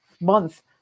month